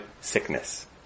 sickness